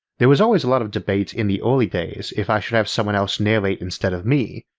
there was always a lot of debate in the early days if i should have someone else narrate instead of me,